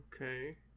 Okay